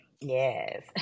Yes